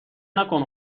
نکن